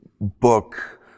book